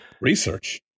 Research